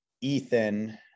Ethan